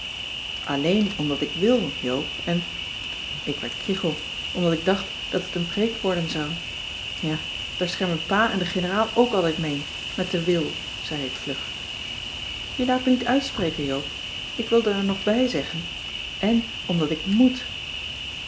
alleen omdat ik wil joop en ik werd kriegel omdat ik dacht dat het een preek worden zou ja daar schermen pa en de generaal ook altijd mee met de wil zei ik vlug je laat me niet uitspreken joop ik wilde er nog bij zeggen en omdat ik moèt